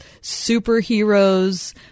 superheroes